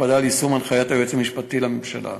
הקפדה על יישום הנחיית היועץ המשפטי לממשלה,